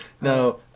No